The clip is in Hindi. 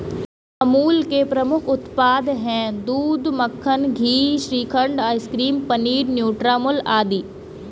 अमूल के प्रमुख उत्पाद हैं दूध, मक्खन, घी, श्रीखंड, आइसक्रीम, पनीर, न्यूट्रामुल आदि